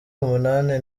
umunani